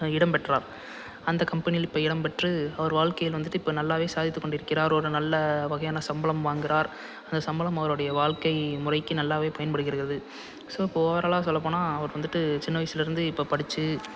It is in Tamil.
இடம்பெற்றார் அந்த கம்பெனியில் இப்போ இடம்பெற்று அவர் வாழ்க்கையில் வந்துட்டு இப்போ நல்லாவே சாதித்து கொண்டிருக்கிறார் ஒரு நல்ல வகையான சம்பளம் வாங்கிறார் அந்த சம்பளம் அவருடைய வாழ்க்கை முறைக்கு நல்லாவே பயன்படுகிறகிறது ஸோ இப்போ ஓவராலாக சொல்ல போனால் அவர் வந்துட்டு சின்ன வயதிலேருந்தே இப்போ படித்து